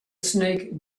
snake